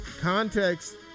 Context